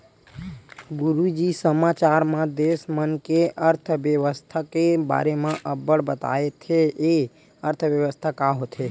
गुरूजी समाचार म देस मन के अर्थबेवस्था के बारे म अब्बड़ बताथे, ए अर्थबेवस्था का होथे?